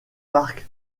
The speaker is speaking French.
parc